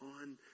on